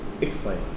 Explain